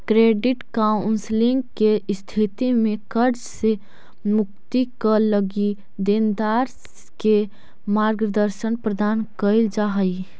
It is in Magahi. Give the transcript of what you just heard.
क्रेडिट काउंसलिंग के स्थिति में कर्ज से मुक्ति क लगी देनदार के मार्गदर्शन प्रदान कईल जा हई